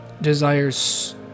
desires